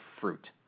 fruit